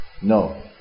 no